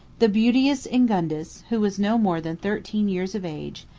the beauteous ingundis, who was no more than thirteen years of age,